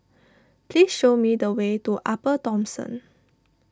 please show me the way to Upper Thomson